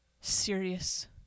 serious